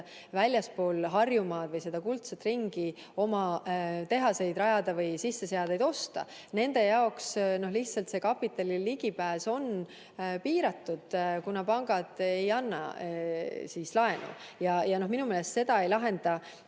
väljaspool Harjumaad või seda kuldset ringi oma tehaseid rajada või sisseseadeid osta. Nende jaoks lihtsalt see kapitalile ligipääs on piiratud, kuna pangad ei anna laenu. Minu meelest seda ei lahenda